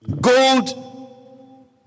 gold